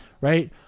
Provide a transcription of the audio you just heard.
Right